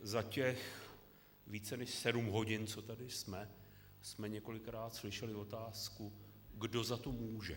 Za těch více než sedm hodin, co tady jsme, jsme několikrát slyšeli otázku, kdo za to může.